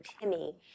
Timmy